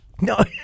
No